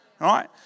right